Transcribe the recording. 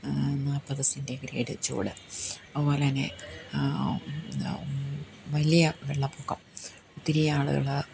നാൽപ്പത് സെൻറ്റിഗ്രയ്ഡ് ചൂട് അതുപോലെ തന്നെ വലിയ വെള്ളപൊക്കം ഒത്തിരി ആളുകള്